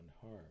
harm